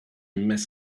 mess